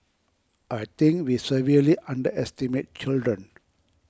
I think we severely underestimate children